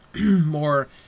more